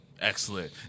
Excellent